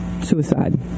suicide